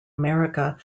america